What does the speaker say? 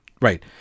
right